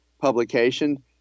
publication